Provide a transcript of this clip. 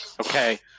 Okay